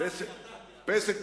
פסק